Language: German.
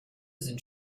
sind